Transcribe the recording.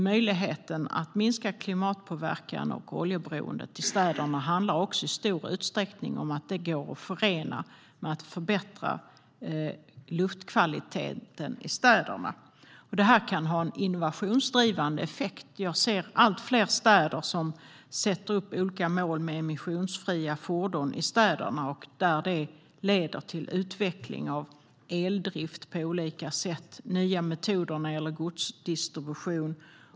Möjligheten att minska klimatpåverkan och oljeberoendet i Sverige handlar nämligen i stor utsträckning om att det går att förena med att förbättra luftkvaliteten i städerna. Detta kan ha en innovationsdrivande effekt. Jag ser allt fler städer som sätter upp olika mål med emissionsfria fordon i städerna, vilket leder till utveckling av eldrift på olika sätt och nya metoder när det gäller godsdistribution.